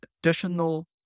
additional